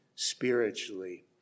spiritually